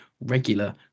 regular